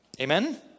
Amen